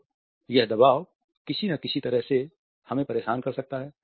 तो यह दबाव किसी न किसी तरह से हमें परेशान कर सकता है